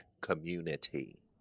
community